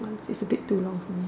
month is a bit too long for me